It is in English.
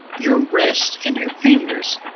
your wrist and your fingers,